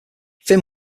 finn